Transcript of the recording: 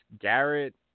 Garrett